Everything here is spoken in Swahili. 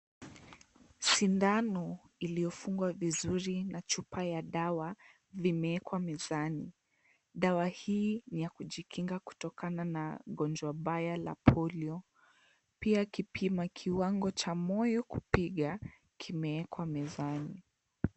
Sindano iliyofungwa vizuri na chupa ya dawa imeekwa mezani. Dawa hii ni ya kujikinga kutokana na gonjwa mbaya la polio, pia kipima kiwango cha moyo kupiga kimeekwa mezani.